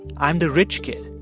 i'm the rich kid,